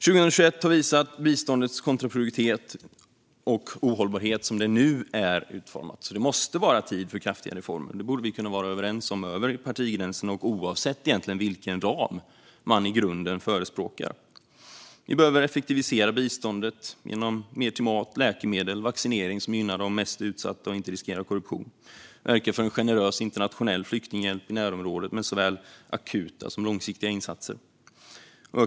År 2021 har visat biståndets kontraproduktivitet och ohållbarhet som det nu är utformat. Det måste vara tid för kraftiga reformer. Det borde vi kunna vara överens om över partigränserna och egentligen oavsett vilken ram man i grunden förespråkar. Vi behöver effektivisera biståndet genom mer till mat, läkemedel och vaccinering som gynnar de mest utsatta och inte riskerar korruption. Vi behöver verka för en generös internationell flyktinghjälp i närområdet med såväl akuta som långsiktiga insatser.